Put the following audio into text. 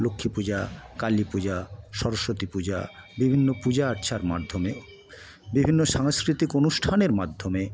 লক্ষ্মী পূজা কালী পূজা সরস্বতী পূজা বিভিন্ন পূজা আর্চার মাধ্যমে বিভিন্ন সাংস্কৃতিক অনুষ্ঠানের মাধ্যমে